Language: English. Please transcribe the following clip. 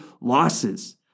losses